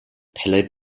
pillar